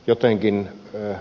jotenkin töä